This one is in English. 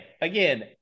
again